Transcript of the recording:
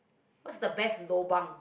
what's the best lobang